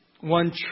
one